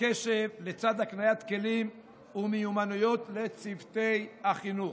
קשב לצד הקניית כלים ומיומנויות לצוותי החינוך.